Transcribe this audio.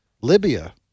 Libya